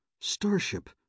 Starship